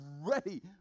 ready